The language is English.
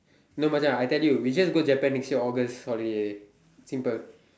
no Macha I tell you we just go Japan next year August holiday simple